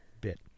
bit